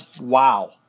Wow